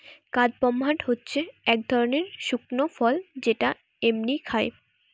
কাদপমহাট হচ্ছে এক ধরনের শুকনো ফল যেটা এমনই খায়